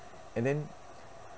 and then